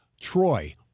Troy